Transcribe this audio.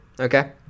Okay